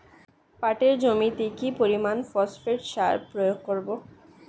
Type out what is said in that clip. পাটের জমিতে কি পরিমান ফসফেট সার প্রয়োগ করব?